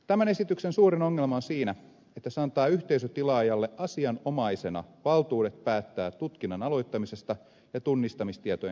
tämän esityksen suurin ongelma on siinä että se antaa yhteisötilaajalle asianomaisena valtuudet päättää tutkinnan aloittamisesta ja tunnistamistietojen käytöstä